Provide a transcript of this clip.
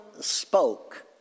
spoke